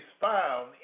found